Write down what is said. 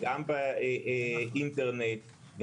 גם באינטרנט,